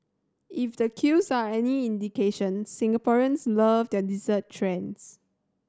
if the queues are any indication Singaporeans love their dessert trends